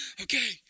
Okay